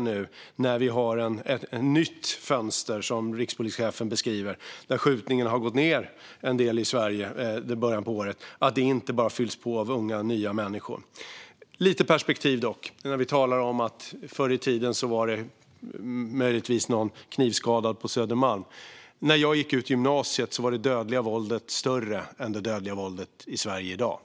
nu när vi har ett nytt fönster, som rikspolischefen beskriver det, där skjutningarna i Sverige har minskat en del i början av året så att det inte bara fylls på med nya unga människor? Lite perspektiv, dock, när man talar om att förr i tiden var det möjligtvis någon knivskärning på Södermalm: När jag gick ut gymnasiet var det dödliga våldet i Sverige större än i dag.